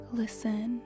listen